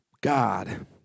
God